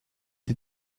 die